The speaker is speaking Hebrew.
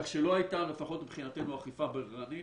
כך שלא הייתה, לפחות מבחינתנו, אכיפה בררנית.